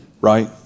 right